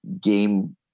game